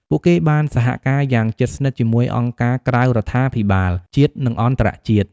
ពួកគេបានសហការយ៉ាងជិតស្និទ្ធជាមួយអង្គការក្រៅរដ្ឋាភិបាល ជាតិ និងអន្តរជាតិ។